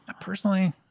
personally